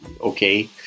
okay